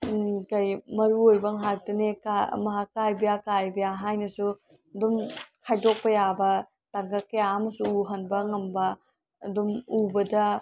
ꯀꯔꯤ ꯃꯔꯨ ꯑꯣꯏꯕ ꯉꯥꯛꯇꯅꯦ ꯃꯍꯥ ꯀꯥꯏꯕꯤꯌꯥ ꯀꯥꯏꯕꯤꯌꯥ ꯍꯥꯏꯅꯁꯨ ꯑꯗꯨꯝ ꯈꯥꯏꯗꯣꯛꯄ ꯌꯥꯕ ꯇꯥꯡꯀꯛ ꯀꯌꯥ ꯑꯃꯁꯨ ꯎꯍꯟꯕ ꯉꯝꯕ ꯑꯗꯨꯝ ꯎꯕꯗ